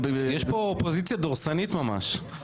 יש פה אופוזיציה דורסנית ממש.